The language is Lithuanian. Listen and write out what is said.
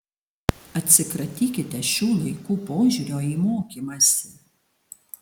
atsikratykite šių laikų požiūrio į mokymąsi